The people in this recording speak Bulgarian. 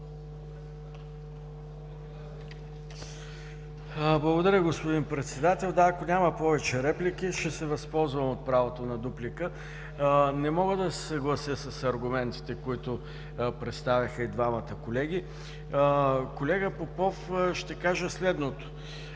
Благодаря, господин Председател. Ще се възползвам от правото на дуплика. Не мога да се съглася с аргументите, които представиха и двамата колеги. Колега Попов, ще кажа следното: